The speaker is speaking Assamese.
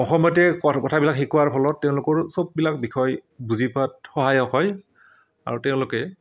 অসমীয়াতে কথা কথাবিলাক শিকোৱাৰ ফলত তেওঁলোকৰ চববিলাক বিষয় বুজি পোৱাত সহায়ক হয় আৰু তেওঁলোকে